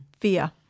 fear